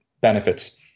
benefits